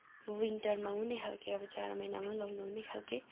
विन्टरमा हुने खालके अब जाडो महिनामा लाउनु हुने खालके